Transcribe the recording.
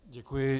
Děkuji.